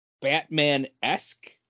Batman-esque